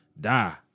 die